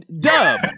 Dub